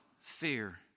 fear